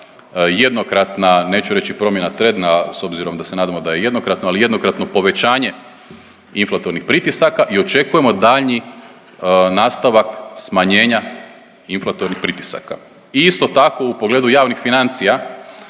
jednokratna, neću reći promjena …/Govornik se ne razumije./… s obzirom da se nadamo da je jednokratno, ali jednokratno povećanje inflatornih pritisaka i očekujemo daljnji nastavak smanjenja inflatornih pritisaka. I isto tako u pogledu javnih financija,